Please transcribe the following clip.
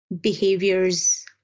behaviors